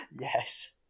Yes